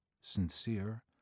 sincere